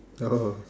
oh